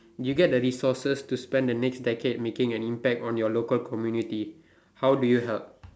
you get the resources to spend the next decade making an impact on your local community how do you help